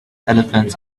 elephants